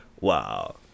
Wow